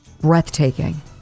Breathtaking